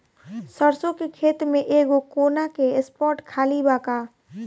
सरसों के खेत में एगो कोना के स्पॉट खाली बा का?